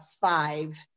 five